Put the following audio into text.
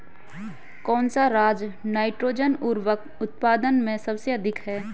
कौन सा राज नाइट्रोजन उर्वरक उत्पादन में सबसे अधिक है?